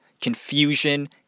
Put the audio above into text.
confusion